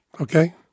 Okay